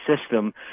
system